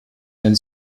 denn